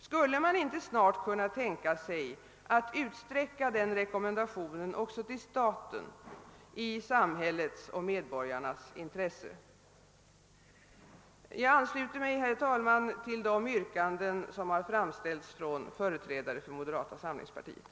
Skulle man inte snart kunna tänka sig att utsträcka denna rekommendation också till staten, i samhällets och medborgarnas intresse? Jag ansluter mig, herr talman, till de yrkanden som har framställts av företrädare för moderata samlingspartiet.